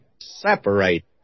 separate